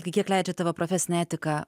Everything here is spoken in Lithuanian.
tai kiek leidžia tavo profesinė etika